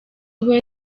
iwe